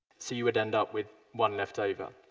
so you would end up with one left over.